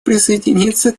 присоединиться